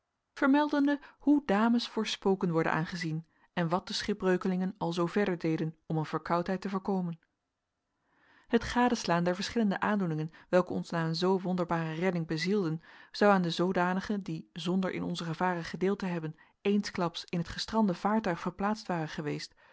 vermeldende hoe dames voor spoken worden aangezien en wat de schipbreukelingen al zoo verder deden om een verkoudheid te voorkomen het gadeslaan der verschillende aandoeningen welke ons na een zoo wonderbare redding bezielden zou aan den zoodanige die zonder in onze gevaren gedeeld te hebben eensklaps in het gestrande vaartuig verplaatst ware geweest